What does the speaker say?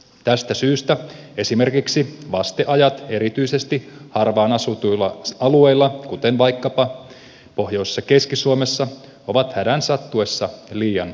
tästä syystä esimerkiksi vasteajat erityisesti harvaan asutuilla alueilla kuten vaikkapa pohjois ja keski suomessa ovat hädän sattuessa liian pitkät